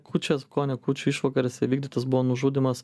kūčias kone kūčių išvakarėse įvykdytas buvo nužudymas